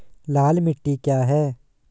लाल मिट्टी क्या है?